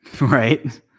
right